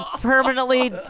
permanently